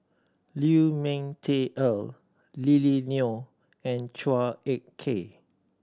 Liu Ming Teh Earl Lily Neo and Chua Ek Kay